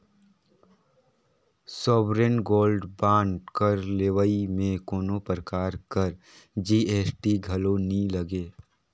sovereign gold bond कर लेवई में कोनो परकार कर जी.एस.टी घलो नी लगे